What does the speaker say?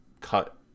cut